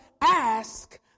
ask